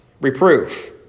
reproof